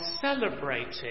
celebrating